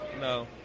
No